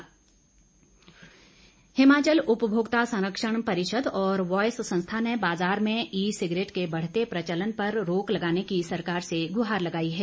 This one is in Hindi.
ई सिगरेट हिमाचल उपभोक्त संरक्षण परिषद और वॉयस संस्था ने बाजार में ई सिगरेट के बढ़ते प्रचलन पर रोक लगाने की सरकार से गुहार लगाई है